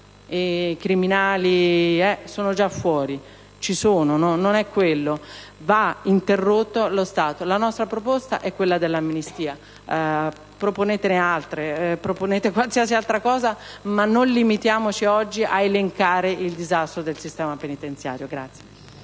i criminali sono già fuori. Non è quello il problema. La nostra proposta è quella dell'amnistia. Avanzatene altre. Proponete qualsiasi altra cosa, ma non limitiamoci oggi ad elencare il disastro del sistema penitenziario.